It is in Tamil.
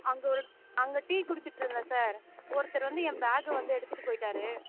அங்கே ஒரு அங்கே டீ குடிச்சிட்டுருந்தேன் சார் ஒருத்தர் வந்து என் பேக்க வந்து எடுத்துகிட்டு போயிட்டாரு